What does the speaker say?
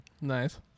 Nice